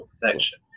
protection